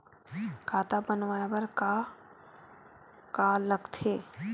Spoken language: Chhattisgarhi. खाता बनवाय बर का का लगथे?